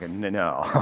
and and no,